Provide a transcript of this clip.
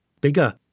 bigger